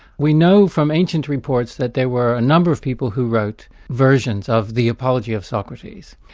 we know from ancient reports that there were a number of people who wrote versions of the apology of socrates,